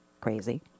Crazy